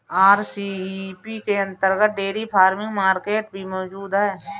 RCEP के अंतर्गत dairy farming market भी मौजूद है